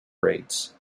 rates